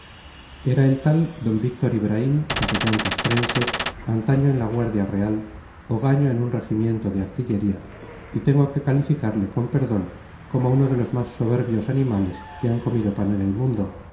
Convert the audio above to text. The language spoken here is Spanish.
era el tal d víctor ibraim capellán castrense antaño en la guardia real hogaño en un regimiento de artillería y tengo que calificarle con perdón como uno de los más soberbios animales que han comido pan en el mundo